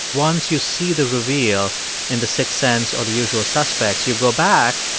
once you see the reveal in the sixth sense or the usual suspects, you go back,